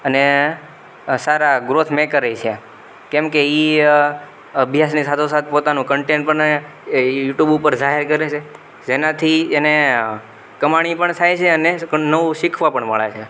અને સારા ગ્રોથ મેકરેય છે કેમકે એ અભ્યાસની સાથે સાથે પોતાનો કન્ટેન પણ એ એ યુટુબ ઉપર જાહેર કરે છે જેનાથી એને કમાણી પણ થાય છે અને નવું શીખવા પણ મળે છે